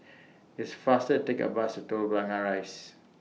It's faster to Take The Bus to Telok Blangah Rise